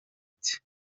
cye